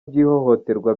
by’ihohoterwa